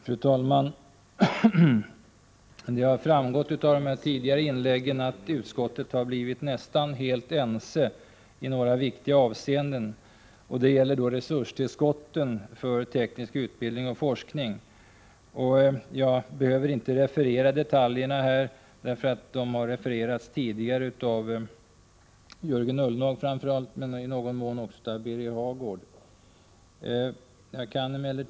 Fru talman! Det har framgått av de tidigare inläggen att utskottet blivit nästan helt ense i några viktiga avseenden, bl.a. när det gäller resurstillskotten till teknisk utbildning och forskning. Jag behöver inte referera detaljerna i utskottets ställningstagande, eftersom framför allt Jörgen Ullenhag men i någon mån också Birger Hagård har redogjort för dem.